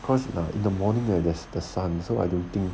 cause you know in the morning there the the sun so I don't think